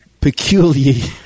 peculiar